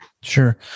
Sure